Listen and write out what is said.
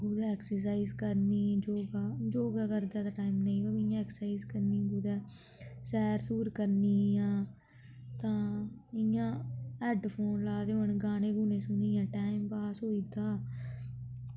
कुदै ऐक्सरसाइज करनी योग योग करदे ते टाइम नेईं बा इ'यां ऐक्सरसाइज करनी कुदै सैर सुर करनी जियां तां इयां हैडफोन लाए दे होन गाने गुने सुनियै टाइम पास होई जंदा